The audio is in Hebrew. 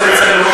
תעשה ליצנות,